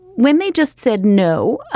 when they just said no,